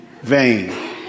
vain